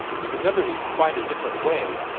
and another needs quite a different way,